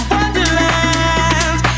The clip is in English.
Wonderland